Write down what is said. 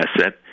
asset